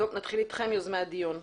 נתחיל עם יוזמי הדיון,